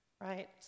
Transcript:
right